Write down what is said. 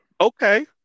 Okay